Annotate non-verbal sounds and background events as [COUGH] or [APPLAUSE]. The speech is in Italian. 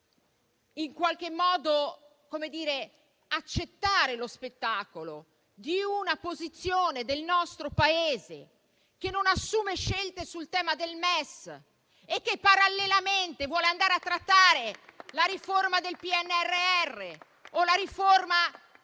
Italia - come può accettare lo spettacolo di una posizione del nostro Paese che non assume scelte sul tema del MES [APPLAUSE] e che, parallelamente, vuole andare a trattare la riforma del PNRR o la riforma